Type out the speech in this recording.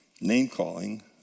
name-calling